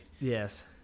Yes